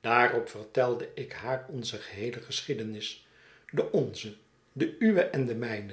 daarop vertelde ik haar onze geheele geschiedenis de onze de uwe en de mijne